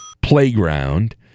playground